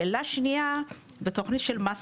שאלה שנייה, בתוכנית של 'מסע'.